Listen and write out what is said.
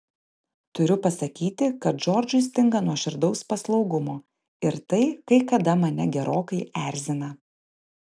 turiu pasakyti kad džordžui stinga nuoširdaus paslaugumo ir tai kai kada mane gerokai erzina